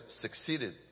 succeeded